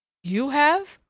you have!